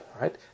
right